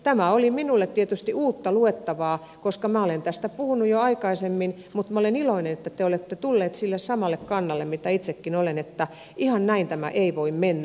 tämä oli minulle tietysti uutta luettavaa koska minä olen tästä puhunut jo aikaisemmin mutta minä olen iloinen että te olette tulleet sille samalle kannalle millä itsekin olen että ihan näin tämä ei voi mennä